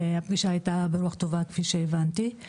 הפגישה היתה ברוח טובה כפי שהבנתי,